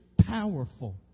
powerful